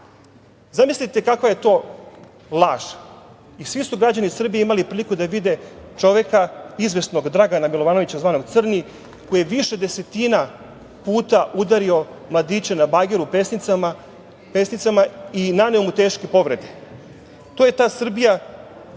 mašinu. Zamislite kakva je to laž i svi građani Srbije su imali priliku da vide čoveka, izvesnog Dragana Milovanovića, zvanog Crni, koji je više desetina puta udario mladića na bageru pesnicama i naneo mu teške povrede. To je ta Srbija